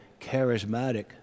charismatic